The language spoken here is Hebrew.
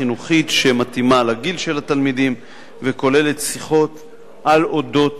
חינוכית שמתאימה לגיל של התלמידים וכוללת שיחות על אודות